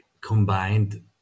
combined